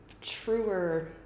truer